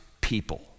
people